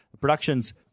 productions